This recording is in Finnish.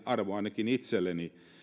arvo ainakin itselleni